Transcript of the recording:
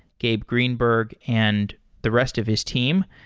gabe greenberg, and the rest of his team.